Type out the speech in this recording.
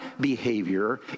behavior